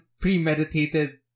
premeditated